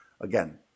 Again